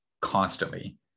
constantly